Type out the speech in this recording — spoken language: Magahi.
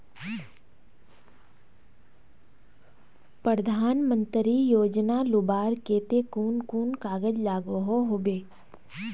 प्रधानमंत्री योजना लुबार केते कुन कुन कागज लागोहो होबे?